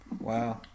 Wow